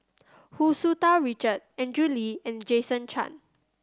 Hu Tsu Tau Richard Andrew Lee and Jason Chan